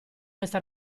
questo